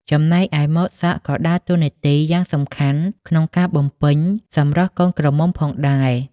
ចំណែកឯម៉ូតសក់ក៏ដើរតួនាទីយ៉ាងសំខាន់ក្នុងការបំពេញសម្រស់កូនក្រមុំផងដែរ ។